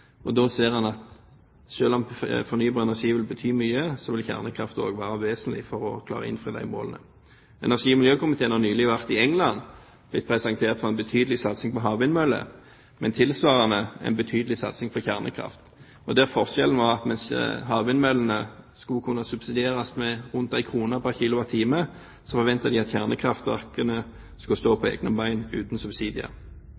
og da ser han at selv om fornybar energi vil bety mye, vil kjernekraft dog være vesentlig for å klare å innføre de målene. Energi- og miljøkomiteen har nylig vært i England og blitt presentert for en betydelig satsing på havvindmøller og en tilsvarende betydelig satsing på kjernekraft. Forskjellen var at mens havvindmøllene skulle kunne subsidieres med rundt 1 kr pr. kWh, forventet de at kjernekraftverkene skulle stå